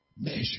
Measure